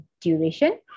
duration